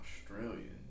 Australian